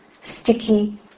sticky